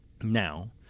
now